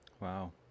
Wow